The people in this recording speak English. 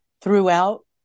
throughout